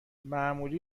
معمولی